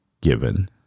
given